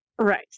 Right